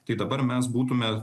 tai dabar mes būtume